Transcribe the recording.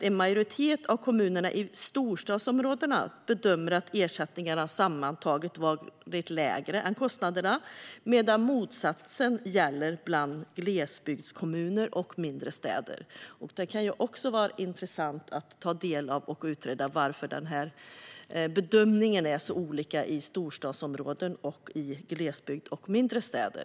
En majoritet av kommunerna i storstadsområdena bedömer att ersättningarna sammantaget var lägre än kostnaderna, medan motsatsen gällde bland glesbygdskommuner och mindre städer. Det kan vara intressant att utreda varför bedömningen är olika i storstadsområden och i glesbygd och mindre städer.